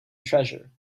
treasure